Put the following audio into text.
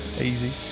Easy